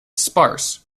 sparse